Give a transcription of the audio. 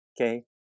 Okay